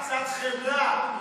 קצת חמלה.